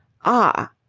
ah!